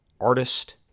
artist